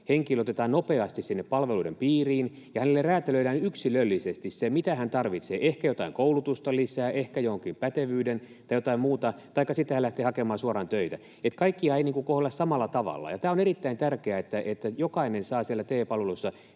henkilö otetaan nopeasti sinne palveluiden piiriin ja hänelle räätälöidään yksilöllisesti se, mitä hän tarvitsee — ehkä jotain koulutusta lisää, ehkä jonkin pätevyyden tai jotain muuta — taikka sitten hän lähtee hakemaan suoraan töitä. Eli kaikkia ei kohdella samalla tavalla. Tämä on erittäin tärkeää, että jokainen saa siellä TE-palveluissa